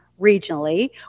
regionally